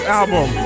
album